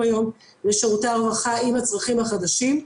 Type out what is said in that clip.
לשירותי הרווחה עם הצרכים החדשים.